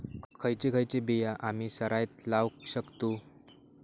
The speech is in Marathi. खयची खयची बिया आम्ही सरायत लावक शकतु?